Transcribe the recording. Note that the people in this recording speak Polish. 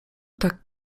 tak